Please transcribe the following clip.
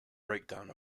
breakdown